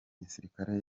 gisirikare